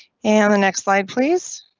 and the next slide please.